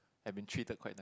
have been treated quite